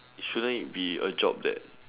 shouldn't it be a job that